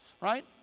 Right